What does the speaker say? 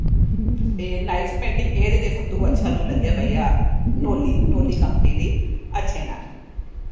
knife painting एह् ते सब तों अच्छा स्हानू लग्गेआ भाई नोल्ली नोल्ली कंपनी दे अच्छे ने